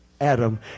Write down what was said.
Adam